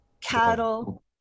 cattle